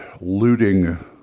looting